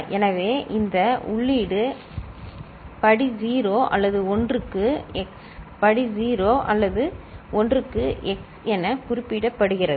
எனவே இந்த உள்ளீடு படி 0 அல்லது 1 க்கு x படி 0 அல்லது 1 க்கு x என குறிப்பிடப்படுகிறது